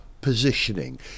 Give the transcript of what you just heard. positioning